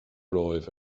romhaibh